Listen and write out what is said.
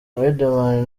riderman